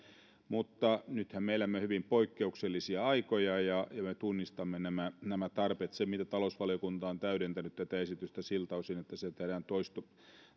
mutta nythän me elämme hyvin poikkeuksellisia aikoja ja tunnistamme nämä nämä tarpeet sille miltä osin talousvaliokunta on täydentänyt tätä esitystä että se